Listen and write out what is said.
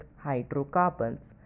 hydrocarbons